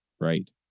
Right